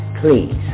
please